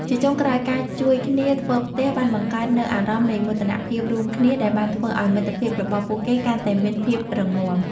ជាចុងក្រោយ ការជួយគ្នាធ្វើផ្ទះបានបង្កើតនូវអារម្មណ៍នៃមោទនភាពរួមគ្នាដែលបានធ្វើឱ្យមិត្តភាពរបស់ពួកគេកាន់តែមានភាពរឹងមាំ។